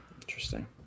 Interesting